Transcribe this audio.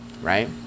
right